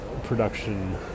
production